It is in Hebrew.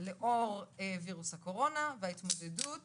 לאור וירוס הקורונה וההתמודדות